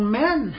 men